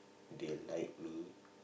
they like me